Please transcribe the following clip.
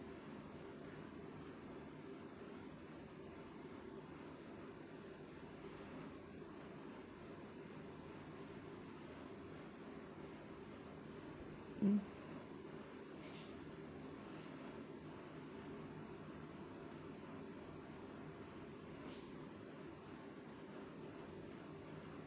mm